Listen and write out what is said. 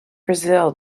brazil